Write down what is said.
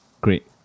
Great